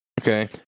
Okay